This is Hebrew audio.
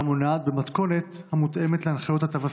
המונעת במתכונת המותאמת להנחיות התו הסגול.